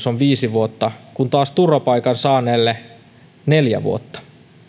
asumisaikaedellytys on viisi vuotta kun taas turvapaikan saaneelle neljä vuotta